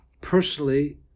personally